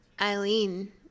Eileen